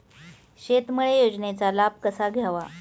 शेततळे योजनेचा लाभ कसा घ्यावा?